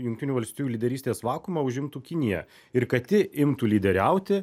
jungtinių valstijų lyderystės vakuumą užimtų kinija ir kad ji imtų lyderiauti